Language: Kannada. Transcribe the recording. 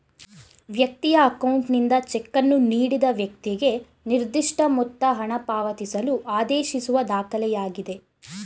ವ್ಯಕ್ತಿಯ ಅಕೌಂಟ್ನಿಂದ ಚೆಕ್ಕನ್ನು ನೀಡಿದ ವ್ಯಕ್ತಿಗೆ ನಿರ್ದಿಷ್ಟಮೊತ್ತ ಹಣಪಾವತಿಸಲು ಆದೇಶಿಸುವ ದಾಖಲೆಯಾಗಿದೆ